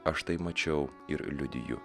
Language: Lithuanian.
aš tai mačiau ir liudiju